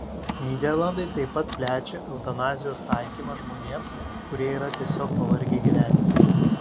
nyderlandai taip pat plečia eutanazijos taikymą žmonėms kurie yra tiesiog pavargę gyventi